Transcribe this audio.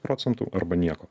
procentų arba nieko